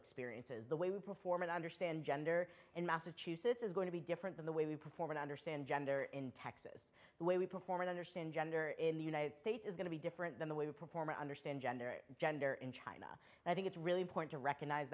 experiences the way we perform and understand gender in massachusetts is going to be different than the way we perform and understand gender in texas the way we perform and understand gender in the united states is going to be different than the way we perform or understand gender or gender in china i think it's really important to recognize